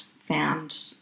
found